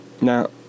Now